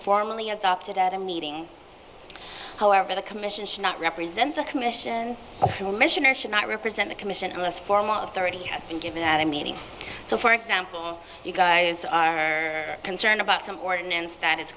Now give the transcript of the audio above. formally adopted at a meeting however the commission should not represent the commission commissioner should not represent the commission unless form of thirty has been given at a meeting so for example you guys are concerned about some ordinance that is